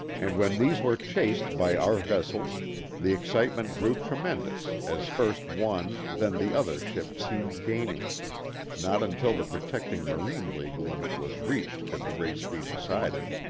and when these were chased by our vessels the excitement grew tremendous as first one then the other ship seemed gaining not until the protecting marine-league limit was reached could the race be decided